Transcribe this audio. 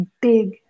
big